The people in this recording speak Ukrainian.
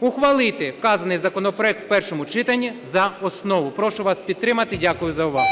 ухвалити вказаний законопроект в першому читанні за основу. Прошу вас підтримати. Дякую за увагу.